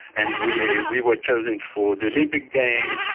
and we we were chosen for the olympic games,